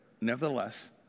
nevertheless